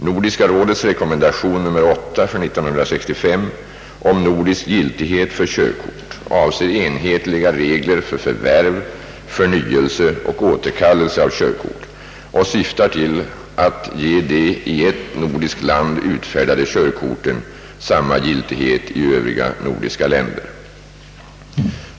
Nordiska rådets rekommendation nr 8/1965 om nordisk giltighet för körkort avser enhetliga regler för förvärv, förnyelse och återkallelse av körkort och syftar till att ge de i ett nordiskt land utfärdade körkorten samma giltighet i övriga nordiska länder.